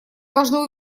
должны